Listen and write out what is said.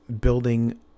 building